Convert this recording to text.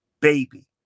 baby